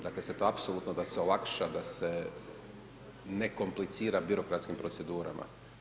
Dakle, se to apsolutno da se olakša, da se ne komplicira birokratskim procedurama.